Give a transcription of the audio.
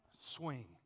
swing